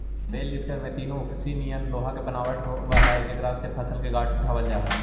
बेल lifter में तीन ओंकसी निअन लोहा के बनावट होवऽ हई जेकरा से फसल के गाँठ के उठावल जा हई